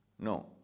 No